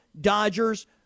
Dodgers